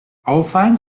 auffallend